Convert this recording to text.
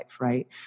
right